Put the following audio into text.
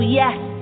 yes